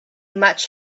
much